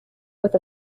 with